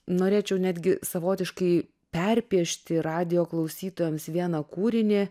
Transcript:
norėčiau netgi savotiškai perpiešti radijo klausytojams vieną kūrinį